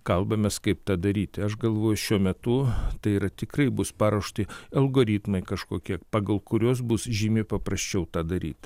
kalbamės kaip tą daryti aš galvoju šiuo metu tai yra tikrai bus paruošti algoritmai kažkokie pagal kuriuos bus žymiai paprasčiau tą daryti